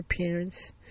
parents